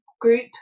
group